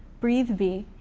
breathe, v.